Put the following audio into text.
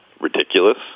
ridiculous